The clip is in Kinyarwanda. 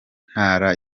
intara